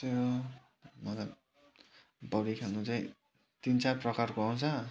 त्यस्तै हो मतलब पौडी खेल्नु चाहिँ तिन चार प्रकारको आउँछ